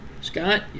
Scott